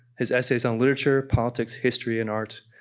his essays on literature, politics, history and art,